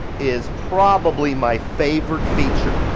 is probably my favorite feature.